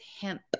hemp